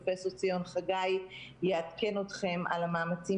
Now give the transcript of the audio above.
פרופ' ציון חגי יעדכן אתכם על המאמצים